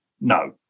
No